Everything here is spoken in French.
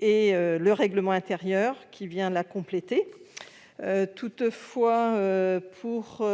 et le règlement intérieur qui vient la compléter. Toutefois, pour